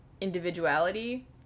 individuality